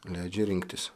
leidžia rinktis